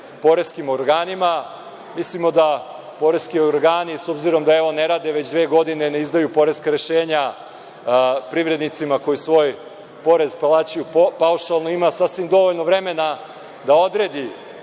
poreskim organima. Mislimo da poreski organi, s obzirom da ne rade već dve godine, ne izdaju poreska rešenja privrednicima koji svoj porez plaćaju paušalno, ima sasvim dovoljno vremena da odredi